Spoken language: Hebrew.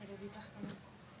המצגת.